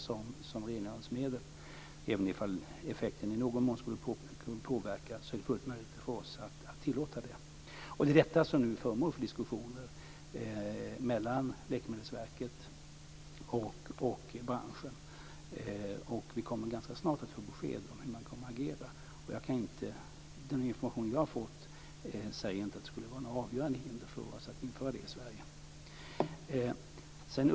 Även om effekten skulle påverkas i någon mån är det fullt möjligt för oss att tillåta det. Det är detta som nu är föremål för diskussioner mellan Läkemedelsverket och branschen. Vi kommer ganska snart att få besked om hur man kommer att agera. Den information jag har fått säger inte att det skulle finnas något avgörande hinder för att införa den möjligheten i Sverige.